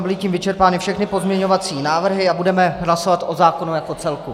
Byly tím vyčerpány všechny pozměňovací návrhy a budeme hlasovat o zákonu jako celku.